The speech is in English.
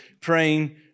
praying